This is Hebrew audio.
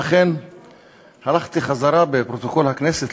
אכן הלכתי חזרה לפרוטוקול הכנסת,